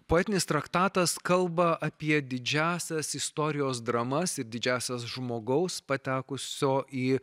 poetinis traktatas kalba apie didžiąsias istorijos dramas ir didžiąsias žmogaus patekusio į